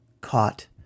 Caught